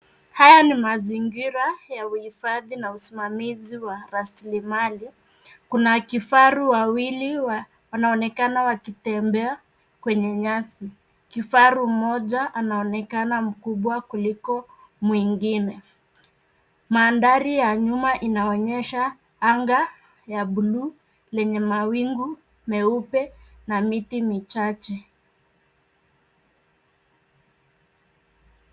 Haya ni mazingira ya uhifadhi na usimamizi wa rasilimali. Kuna kifaru wawili wanaonekana wakitembea kwenye nyasi. Kifaru mmoja anaonekana mkubwa kuliko mwingine. Mandhari ya nyuma inaonyesha anga ya buluu lenye mawingu meupe na miti michache.